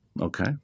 Okay